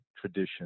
tradition